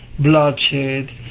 Bloodshed